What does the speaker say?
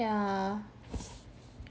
yeah